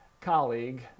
colleague